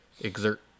exert